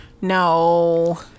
No